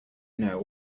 know